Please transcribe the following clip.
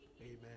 Amen